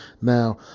Now